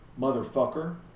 motherfucker